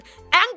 anger